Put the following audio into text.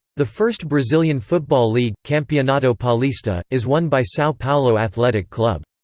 the first brazilian football league, campeonato paulista, is won by sao paulo athletic club.